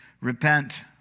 Repent